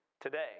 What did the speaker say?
today